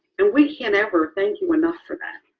and we can't ever thank you enough for that.